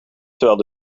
terwijl